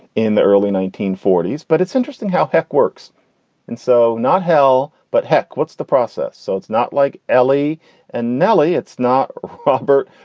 in the early nineteen forty s. but it's interesting how hek works and so not hell, but heck, what's the process? so it's not like l e and nelli. it's not proper.